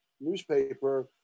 newspaper